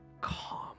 calm